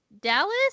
Dallas